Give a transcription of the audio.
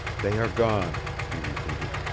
they are gone, he repeated.